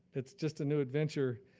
it's just a new adventure.